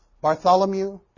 Bartholomew